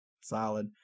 Solid